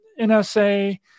NSA